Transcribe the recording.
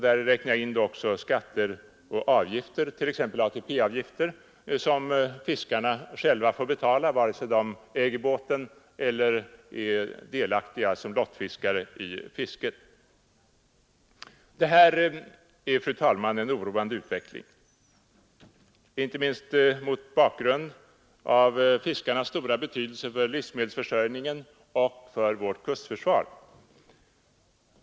Där räknar jag in skatter och avgifter, t.ex. ATP-avgifter som fiskarna själva får betala vare sig de äger båten eller är delaktiga i fisket som lottfiskare. Detta är, fru talman, en oroande utveckling inte minst mot bakgrund av fiskets stora betydelse för livsmedelsförsörjningen och för vårt kustförsvar.